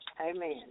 Amen